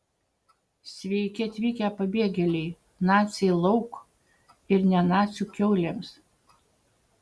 sveiki atvykę pabėgėliai naciai lauk ir ne nacių kiaulėms